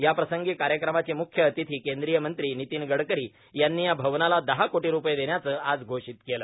याप्रसंगी कार्यक्रमाचे मुख्य अतिथी केंद्रीय मंत्री नितीन गडकरी यांनी या भवनाला दहा कोटी स्तपये देण्याचं आज घोषित केलं